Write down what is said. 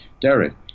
derek